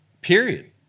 Period